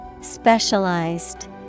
Specialized